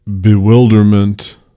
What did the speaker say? bewilderment